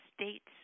states